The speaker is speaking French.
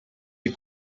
des